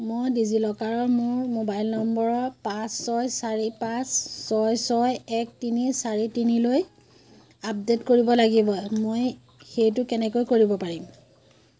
মই ডিজিলকাৰত মোৰ মোবাইল নম্বৰৰ পাঁচ ছয় চাৰি পাঁচ ছয় ছয় এক তিনি চাৰি তিনিলৈ আপডেট কৰিব লাগিব মই সেইটো কেনেকৈ কৰিব পাৰিম